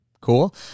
cool